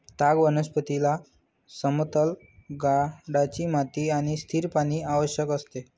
ताग वनस्पतीला समतल गाळाची माती आणि स्थिर पाणी आवश्यक असते